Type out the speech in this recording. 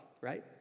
right